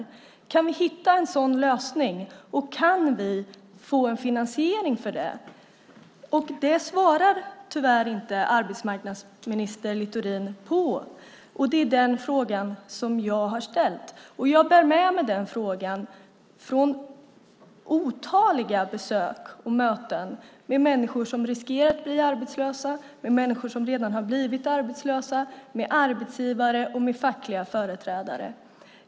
Kan vi hitta en sådan lösning? Och kan vi få en finansiering för det? Det svarar tyvärr inte arbetsmarknadsminister Littorin på, och det är den frågan som jag har ställt. Jag bär med mig den frågan från otaliga besök och möten med människor som riskerar att bli arbetslösa, med människor som redan har blivit arbetslösa, med arbetsgivare och med fackliga företrädare.